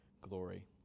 glory